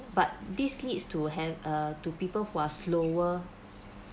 but this needs to have err to people who are slower